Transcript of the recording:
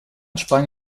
sprang